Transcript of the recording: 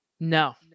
no